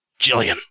Jillian